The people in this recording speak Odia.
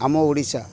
ଆମ ଓଡ଼ିଶା